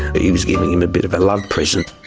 he was giving him a bit of a love present.